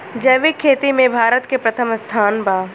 जैविक खेती में भारत के प्रथम स्थान बा